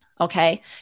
okay